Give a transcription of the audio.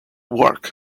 work